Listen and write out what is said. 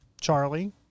charlie